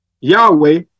Yahweh